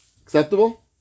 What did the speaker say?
Acceptable